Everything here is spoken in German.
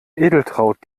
edeltraud